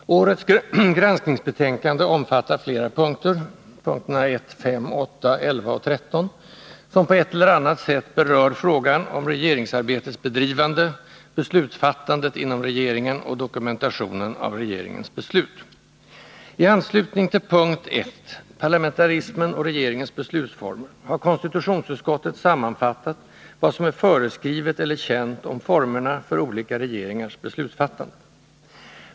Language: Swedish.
Nr 145 Herr talman! Årets granskningsbetänkande omfattar flera punkter — 1, 5, Onsdagen den 8, 11 och 13 — som på ett eller annat sätt berör frågan om regeringsarbetets 20 maj 1981 bedrivande, beslutsfattandet inom regeringen och dokumentationen av regeringens beslut. I anslutning till punkt 1 — parlamentarismen och regeringens beslutsformer — har konstitutionsutskottet sammanfattat vad som är föreskrivet eller känt om formerna för olika regeringars beslutsfattande.